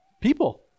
people